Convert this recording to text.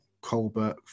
Colbert